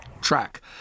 track